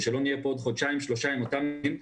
ושלא נהיה פה בעוד חודשיים שלושה עם אותם דברים.